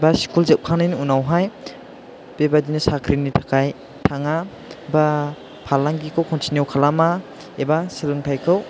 बा स्कुल जोबखांनायनि उनाव हाय बेबादिनो साख्रिनि थाखाय थाङा बा फालांगिखौ कन्टिनिउ खालामा एबा सोलोंथाइखौ